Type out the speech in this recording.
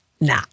nah